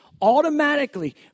automatically